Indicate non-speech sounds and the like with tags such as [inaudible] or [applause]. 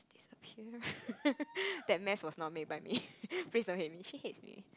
disappear [laughs] that mess was not made [laughs] by me please don't hate me she hates me